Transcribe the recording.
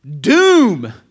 doom